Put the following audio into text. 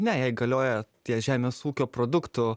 ne jai galioja tie žemės ūkio produktų